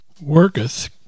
Worketh